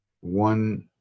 one